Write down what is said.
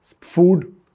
food